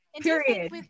period